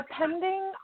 Depending